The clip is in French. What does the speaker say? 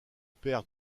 père